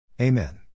Amen